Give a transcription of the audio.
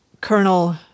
Colonel